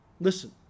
Listen